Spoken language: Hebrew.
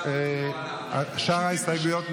שאר ההסתייגויות הוסרו?